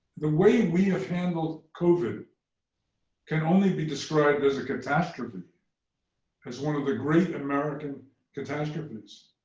the way we have handled covid can only be described as a catastrophe as one of the great american catastrophes.